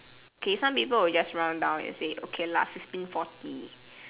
K some people will just round down and say okay lah fifteen forty